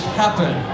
happen